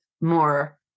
more